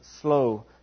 slow